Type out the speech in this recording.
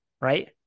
right